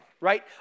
right